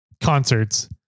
concerts